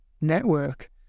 network